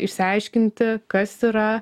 išsiaiškinti kas yra